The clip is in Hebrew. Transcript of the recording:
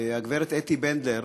הגברת אתי בנדלר,